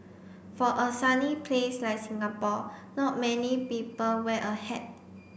for a sunny place like Singapore not many people wear a hat